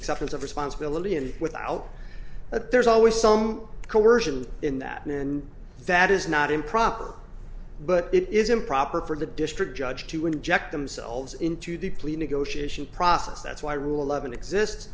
acceptance of responsibility and without that there's always some coercion in that and that is not improper but it is improper for the district judge to inject themselves into the plea negotiation process that's why rule eleven exist